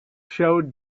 showed